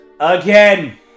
Again